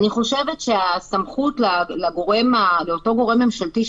אני חושבת שהסכמות לאותו גורם ממשלתי,